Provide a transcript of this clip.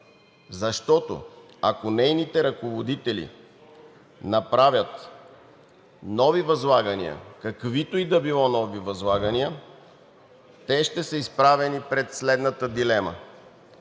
защото, ако нейните ръководители направят каквито и да е нови възлагания, те ще са изправени пред следната дилема